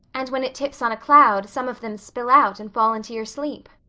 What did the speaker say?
and when it tips on a cloud some of them spill out and fall into your sleep.